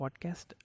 podcast